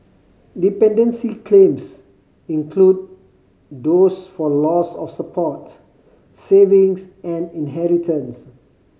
dependency claims include those for loss of support savings and inheritance